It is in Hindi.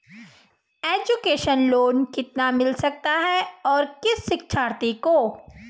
एजुकेशन लोन कितना मिल सकता है और किस शिक्षार्थी को?